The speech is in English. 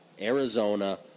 Arizona